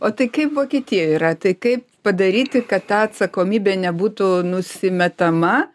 o tai kaip vokietijoj yra tai kaip padaryti kad ta atsakomybė nebūtų nusimetama